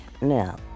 Now